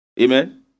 Amen